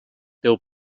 teu